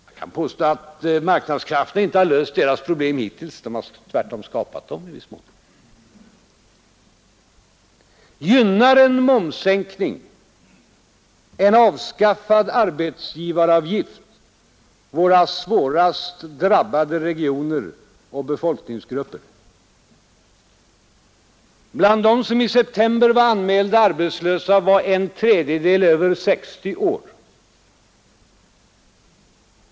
Jag kan påstå att marknadskrafterna inte har löst deras problem hittills; tvärtom har de i viss mån skapat dem, Gynnar en momssänkning och en avskaffad arbetsgivaravgift våra svårast drabbade regioner och befolkningsgrupper? Bland dem som i september var anmälda arbetslösa var en tredjedel över 60 år.